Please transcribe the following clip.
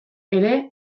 ere